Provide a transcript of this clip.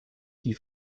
die